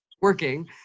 working